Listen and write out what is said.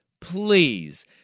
Please